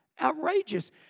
outrageous